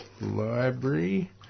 Library